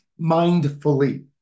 mindfully